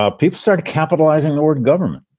ah people start capitalizing the word government.